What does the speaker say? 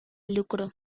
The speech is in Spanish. lucro